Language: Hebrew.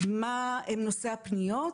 מה נושאי הפניות.